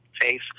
face